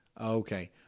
Okay